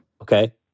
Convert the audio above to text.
Okay